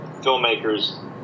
filmmakers